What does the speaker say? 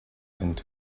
into